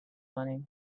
money